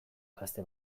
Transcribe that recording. gazte